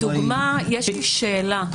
יש לי שאלה.